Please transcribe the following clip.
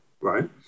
right